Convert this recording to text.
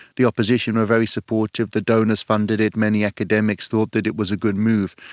the opposition were very supportive, the donors funded it, many academics thought that it was a good move,